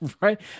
right